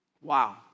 Wow